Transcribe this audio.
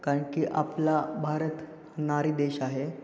कारण की आपला भारत नारी देश आहे